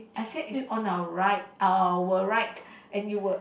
I said is on our right our right and you were